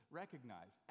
recognize